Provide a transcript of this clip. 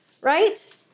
right